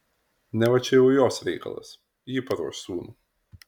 neva čia jau jos reikalas ji paruoš sūnų